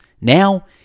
Now